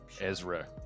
Ezra